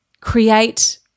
create